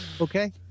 Okay